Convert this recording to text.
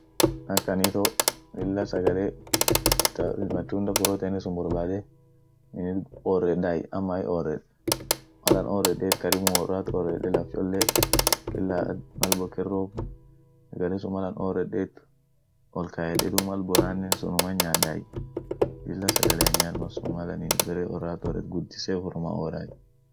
Ak an itoo lilla sagale ta matunda proteini sun borbade minit orreday, ama hi ored, mal an oredet karibum worat orede laf cholle kila mal boken roob, sagale sun mal an oredet olkaede duum mal bonanen sunuman nyaaday, lilla sagalean nyaad malsun ma anin worat ored gudisse ufira oray.